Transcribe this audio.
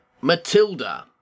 Matilda